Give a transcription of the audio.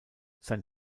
sein